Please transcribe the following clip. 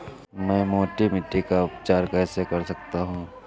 मैं मोटी मिट्टी का उपचार कैसे कर सकता हूँ?